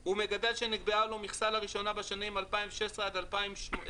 הוא מגדל שנקבעה לו מכסה לראשונה בשנים 2016 עד 2020,